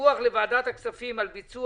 "דיווח לוועדת הכספים על ביצוע,